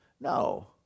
No